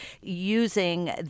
using